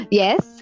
yes